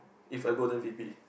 if I go then V_P